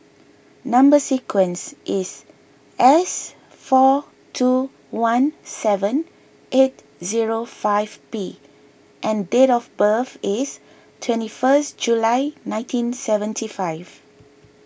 Number Sequence is S four two one seven eight zero five P and date of birth is twenty first July nineteen seventy five